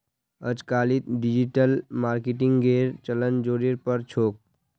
अजकालित डिजिटल मार्केटिंगेर चलन ज़ोरेर पर छोक